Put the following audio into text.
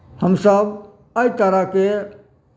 हमसभ एहि तरहके